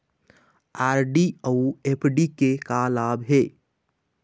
RD अऊ एफ.डी के का लाभ हे?